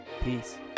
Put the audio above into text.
Peace